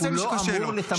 מה זה למי שקשה לו?